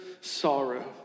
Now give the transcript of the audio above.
sorrow